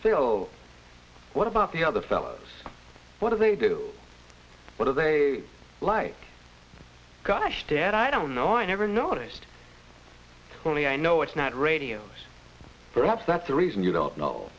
oh what about the other fellows what do they do what are they like gosh dad i don't know i never noticed only i know it's not radio's perhaps that's the reason you don't know